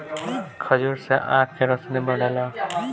खजूर से आँख के रौशनी बढ़ेला